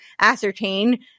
ascertain